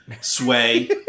sway